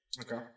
Okay